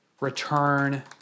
return